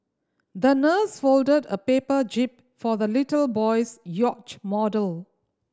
the nurse folded a paper jib for the little boy's yacht model